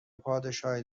پادشاهی